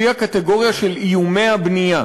שהיא הקטגוריה של איומי הבנייה.